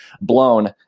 blown